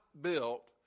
built